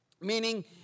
Meaning